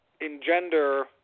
engender